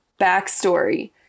Backstory